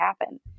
happen